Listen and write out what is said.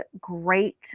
great